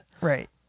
Right